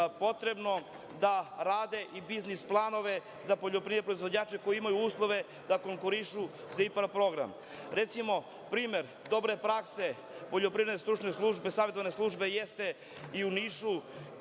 potrebno da rade i biznis planove za poljoprivredne proizvođače koji imaju uslove da konkurišu za IPARD program. Recimo, primer dobre prakse Poljoprivredne stručne službe, savetodavne službe, jeste i u Nišu,